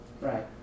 Right